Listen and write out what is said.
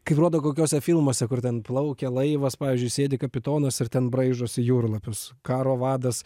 kaip rodo kokiose filmuose kur ten plaukia laivas pavyzdžiui sėdi kapitonas ir ten braižosi jūrlapius karo vadas